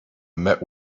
met